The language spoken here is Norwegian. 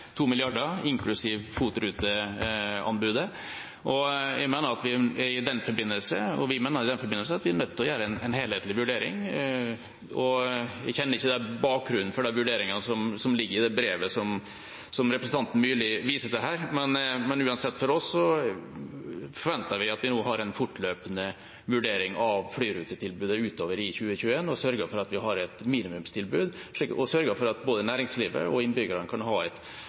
Vi mener at vi i den forbindelse er nødt til å gjøre en helhetlig vurdering. Jeg kjenner ikke bakgrunnen for de vurderingene som ligger i det brevet som representanten Myrli viser til. Uansett forventer vi nå å ha en fortløpende vurdering av flyrutetilbudet utover i 2021, sørge for å ha et minimumstilbud og at både næringslivet og innbyggerne kan ha et